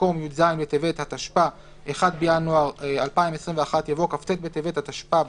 במקום "י"ז בטבת התשפ"א (1 בינואר 2021)" יבוא "כ"ט בטבת התשפ"ב